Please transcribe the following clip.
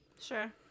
Sure